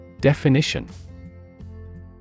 Definition